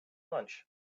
lunch